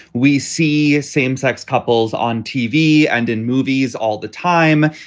we see same sex couples on tv and in movies all the time.